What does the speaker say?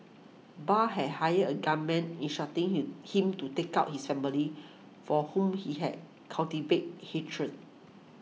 Bart had hired a gunman instructing he him to take out his family for whom he had cultivated hatred